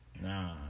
Nah